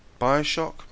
Bioshock